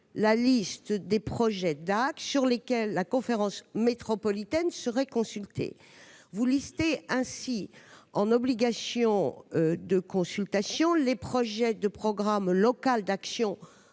la liste des projets d'actes sur lesquels la conférence métropolitaine serait consultée. Vous mentionnez ainsi en obligation de consultation les projets de programme local d'action